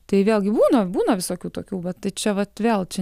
tai vėl gi būna būna visokių tokių va tai čia vat vėl čia